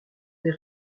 des